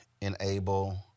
Enable